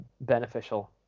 beneficial